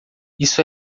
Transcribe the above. isso